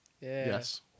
Yes